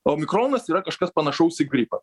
o mikronas yra kažkas panašaus į gripą